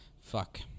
fuck